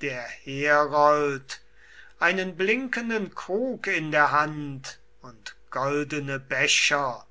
der herold einen blinkenden krug in der hand und goldene becher